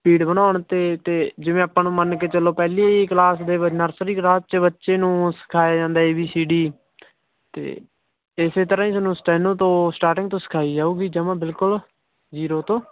speed ਬਣਾਉਣ 'ਤੇ ਅਤੇ ਜਿਵੇਂ ਆਪਾਂ ਨੂੰ ਮੰਨ ਕੇ ਚੱਲੋ ਪਹਿਲੀ ਕਲਾਸ ਦੇ ਨਰਸਰੀ ਕਲਾਸ 'ਚ ਬੱਚੇ ਨੂੰ ਸਿਖਾਇਆ ਜਾਂਦਾ ਏ ਬੀ ਸੀ ਡੀ ਤਾਂ ਇਸ ਤਰ੍ਹਾਂ ਹੀ ਤੁਹਾਨੂੰ ਸਟੈਨੋ ਤੋਂ ਸਟਾਰਟਿੰਗ ਤੋਂ ਸਿਖਾਈ ਜਾਊਗੀ ਜਮਾਂ ਬਿਲਕੁਲ ਜੀਰੋ ਤੋਂ